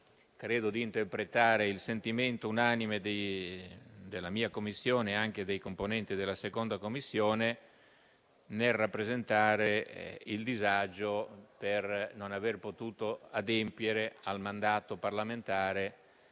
credo di interpretare il sentimento unanime della mia Commissione e anche quello dei componenti della 2a Commissione nel rappresentare il disagio per non aver potuto adempiere al mandato parlamentare,